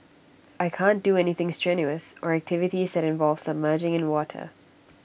I can't do anything strenuous or activities that involve submerging in water